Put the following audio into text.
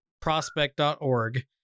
prospect.org